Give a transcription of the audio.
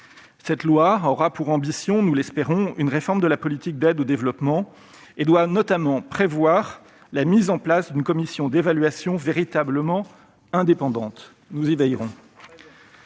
Cette loi aura pour ambition, nous l'espérons, une réforme de la politique d'aide au développement ; elle doit notamment prévoir la mise en place d'une commission d'évaluation véritablement indépendante- nous y veillerons.